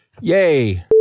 Yay